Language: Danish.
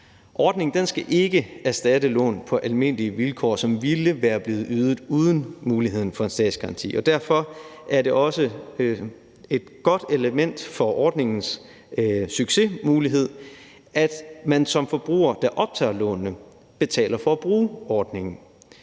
Ordningen skal ikke erstatte lån på almindelige vilkår, som ville være blevet ydet uden muligheden for en statsgaranti, og derfor er det også godt for ordningens succesmulighed, at man som forbruger, der optager lånene, betaler for at bruge ordningen.